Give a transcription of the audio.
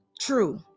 True